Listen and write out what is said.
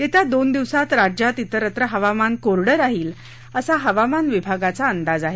येत्या दोन दिवसात राज्यात तिरत्र हवामान कोरडं राहील असा हवामान विभागाचा अंदाज आहे